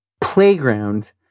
playground